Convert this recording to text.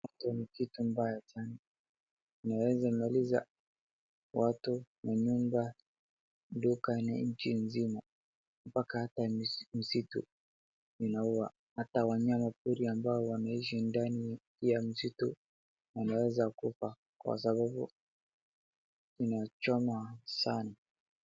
Moto ni kitu mbaya sana inaweza maliza watu na nyumba, duka ni nchi nzima mpaka hati ya msitu inaua. Hata wanyama pori ambao wanaishi ndani ya msitu wanaweza kufa kwa sababu inachoma sana.